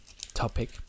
topic